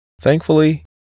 Thankfully